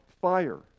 fire